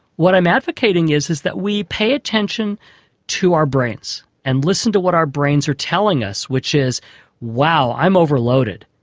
what i'm advocating advocating is that we pay attention to our brains and listen to what our brains are telling us which is wow, i'm overloaded,